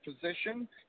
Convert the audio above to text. position